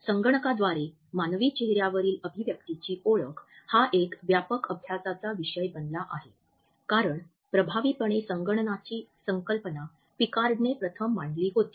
संगणकाद्वारे मानवी चेहर्यावरील अभिव्यक्तीची ओळख हा एक व्यापक अभ्यासाचा विषय बनला आहे कारण प्रभावीपणे संगणनाची संकल्पना पिकार्डने प्रथम मांडली होती